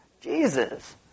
Jesus